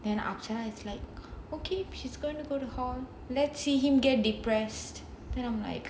then after is like okay she's going to go to hall let's see him get depressed then I'm like